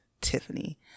Tiffany